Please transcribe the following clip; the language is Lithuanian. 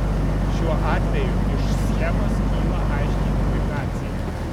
šiuo atveju iš schemos kyla aiški implikacija